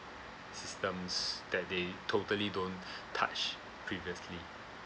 systems that they totally don't touch previously